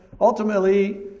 ultimately